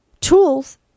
tools